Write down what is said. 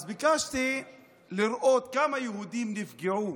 אז ביקשתי לראות כמה יהודים נפגעו